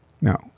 No